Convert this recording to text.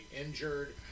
Injured